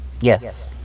Yes